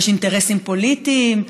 יש אינטרסים פוליטיים,